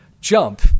jump